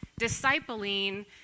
discipling